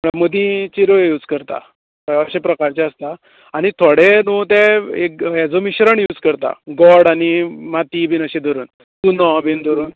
म्हळ्यार मदीं चिरो यूज करता अशें प्रकारचें आसता आनी थोडे दोन ते एक मिसरण यूज करता रोड आनी मातीं बीन अशें करून नोवो बीन धरून